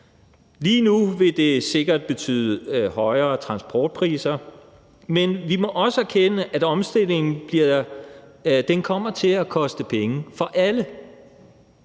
Lige nu vil det sikkert betyde højere transportpriser, men vi må også erkende, at omstillingen kommer til at koste penge for alle.